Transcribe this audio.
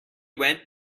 went